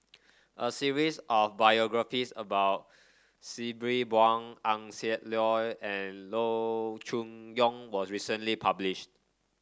a series of biographies about Sabri Buang Eng Siak Loy and Loo Choon Yong was recently published